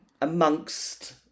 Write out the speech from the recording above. amongst